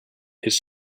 his